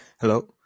Hello